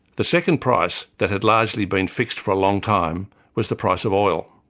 the second price that had largely been fixed for a long time was the price of oil.